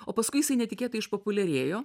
o paskui jisai netikėtai išpopuliarėjo